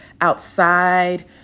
outside